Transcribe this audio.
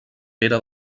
pere